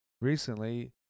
recently